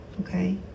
Okay